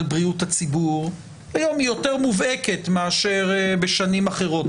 בריאות הציבור היום יותר מובהקת מאשר בשנים אחרות.